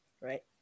right